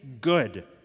good